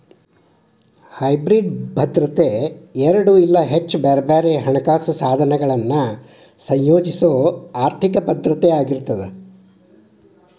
hybrid ಭದ್ರತೆ ಎರಡ ಇಲ್ಲಾ ಹೆಚ್ಚ ಬ್ಯಾರೆ ಬ್ಯಾರೆ ಹಣಕಾಸ ಸಾಧನಗಳನ್ನ ಸಂಯೋಜಿಸೊ ಆರ್ಥಿಕ ಭದ್ರತೆಯಾಗಿರ್ತದ